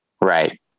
Right